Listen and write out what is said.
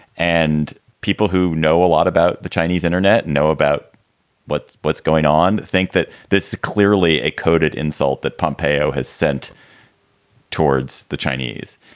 and people who know a lot about the chinese internet know about what what's going on. think that this is clearly a coded insult that pump payo has sent towards the chinese.